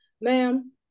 ma'am